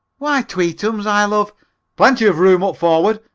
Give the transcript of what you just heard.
why, tweetums, i love plenty of room up forward!